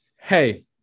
Hey